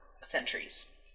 centuries